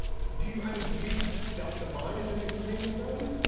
do you i mean, do you self-define as in the containment zone?